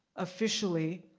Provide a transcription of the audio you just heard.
officially,